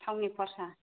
थावनि खरसा